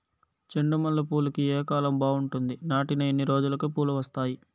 చెండు మల్లె పూలుకి ఏ కాలం బావుంటుంది? నాటిన ఎన్ని రోజులకు పూలు వస్తాయి?